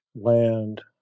land